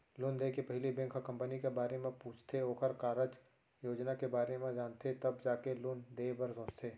loan देय के पहिली बेंक ह कंपनी के बारे म पूछथे ओखर कारज योजना के बारे म जानथे तब जाके लोन देय बर सोचथे